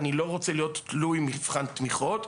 אני לא רוצה להיות תלוי במבחני תמיכה.